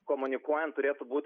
komunikuojant turėtų būt